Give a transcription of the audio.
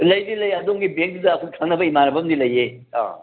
ꯂꯩꯗꯤ ꯂꯩ ꯑꯗꯣꯝꯒꯤ ꯕꯦꯡꯗꯨꯗ ꯑꯩꯈꯣꯏ ꯈꯪꯅꯕ ꯏꯃꯥꯟꯅꯕ ꯑꯃꯗꯤ ꯂꯩꯌꯦ ꯑꯥ